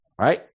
right